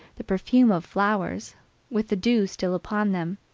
the perfume of flowers with the dew still upon them,